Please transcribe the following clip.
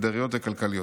מגדריות וכלכליות.